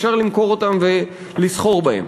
אפשר למכור אותם ולסחור בהם.